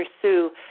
pursue